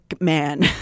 man